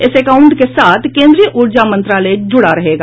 इस अकाउंट के साथ केंद्रीय ऊर्जा मंत्रालय जुड़ा रहेगा